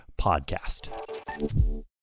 podcast